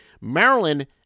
maryland